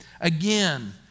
Again